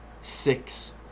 six